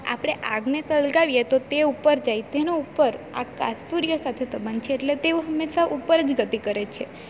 આપણે આગને સળગાવીએ તો તે ઉપર જાય તેનો ઉપર આકાશ સૂર્ય સાથે સંબંધ છે એટલે તેઓ હંમેશાં ઉપર જ ગતિ કરે છે